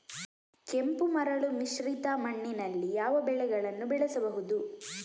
ಕೆಂಪು ಮರಳು ಮಿಶ್ರಿತ ಮಣ್ಣಿನಲ್ಲಿ ಯಾವ ಬೆಳೆಗಳನ್ನು ಬೆಳೆಸಬಹುದು?